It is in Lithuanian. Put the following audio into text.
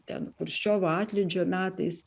ten chruščiovo atlydžio metais